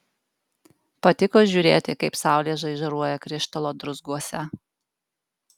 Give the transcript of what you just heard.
patiko žiūrėti kaip saulė žaižaruoja krištolo druzguose